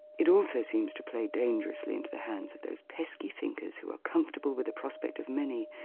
it also seems to play dangerously into the hands of those pesky thinkers who are comfortable with the prospect of many,